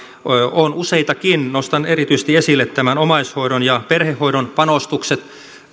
on useitakin nostan erityisesti esille nämä omaishoidon ja perhehoidon panostukset